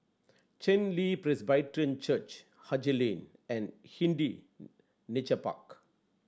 Chen Li Presbyterian Church Haji Lane and Hindhede Nature Park